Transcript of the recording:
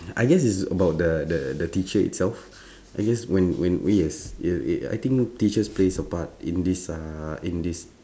I guess it's about the the the teacher itself I guess when when we as yeah uh uh I think teachers plays a part in this uh in this